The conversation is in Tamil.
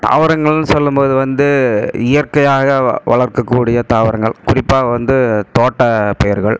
தாவரங்கள்னு சொல்லும்போது வந்து இயற்கையாக வளர்க்கக்கூடிய தாவரங்கள் குறிப்பாக வந்து தோட்ட பயிர்கள்